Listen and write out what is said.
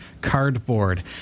cardboard